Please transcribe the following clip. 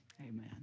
Amen